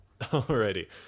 Alrighty